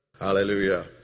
Hallelujah